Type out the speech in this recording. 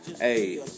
Hey